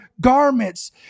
garments